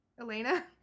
Elena